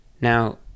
Now